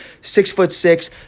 six-foot-six